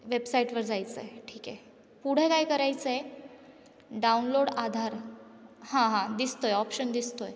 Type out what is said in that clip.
वेबसाईटवर जायचं आहे ठीक आहे पुढं काय करायचं आहे डाउनलोड आधार हां हां दिसतो आहे ऑप्शन दिसतो आहे